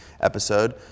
episode